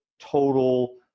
total